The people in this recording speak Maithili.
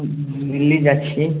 दिल्ली जाइ छियै